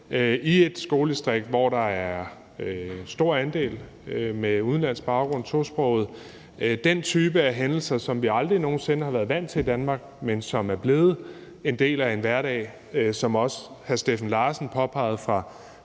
i et skoledistrikt, hvor der er en stor andel af tosprogede med udenlandsk baggrund. Det er en type af hændelser, som vi aldrig har været vant til i Danmark, men som er blevet en del af hverdagen. Som også hr. Steffen Larsen fra